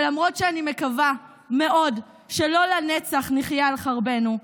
למרות שאני מקווה מאוד שלא לנצח נחיה על חרבנו,